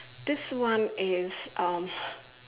this one is um